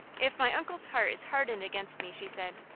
if my uncle's heart is hardened against me, she said,